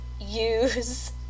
use